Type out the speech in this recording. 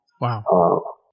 Wow